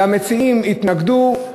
והמציעים התנגדו.